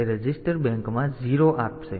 તેથી તે રજિસ્ટર બેંકમાં 0 આપશે